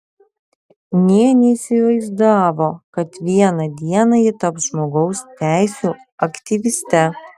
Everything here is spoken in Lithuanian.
nė neįsivaizdavo kad vieną dieną ji taps žmogaus teisių aktyviste